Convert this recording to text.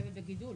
מתחשבת בגידול.